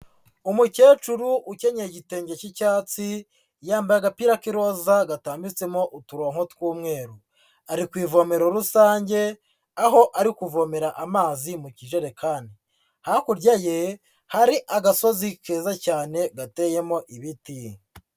Umukecuru ukenyeye igitenge cy'icyatsi, yambaye agapira k'iroza gatambitsemo uturongo tw'umweru, ari ku ivomero rusange aho ari kuvomera amazi mu kijerekani, hakurya ye hari agasozi keza cyane gateyemo ibiti.